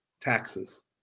taxes